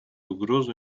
угрозы